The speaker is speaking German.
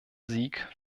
sieg